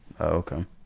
Okay